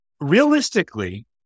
Realistically